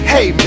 Hey